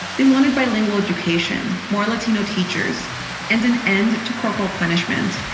they wanted bilingual education, more latino teachers and an end to corporal punishment